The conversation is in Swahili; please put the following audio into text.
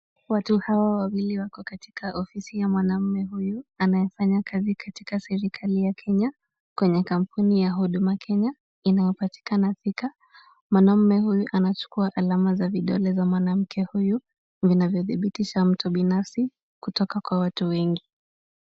Watu hawa wawili wako katika ofisi ya mwanamme huyu anafanya kazi katika serikali ya kenya kwenye kampuni ya huduma Kenya, inayopatikana Thika. Mwanamme huyu anachukua alama za vidole za mwanamke huyu ,vinavyothibitisha mtu binafsi, kutoka kwa watu wengi.